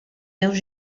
meus